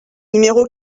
numéro